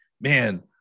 man